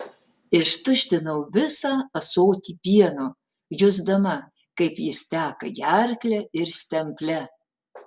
ištuštinau visą ąsotį pieno jusdama kaip jis teka gerkle ir stemple